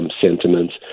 sentiments